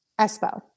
Espo